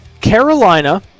Carolina